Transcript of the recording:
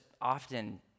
often